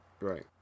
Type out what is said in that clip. Right